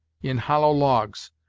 in hollow logs,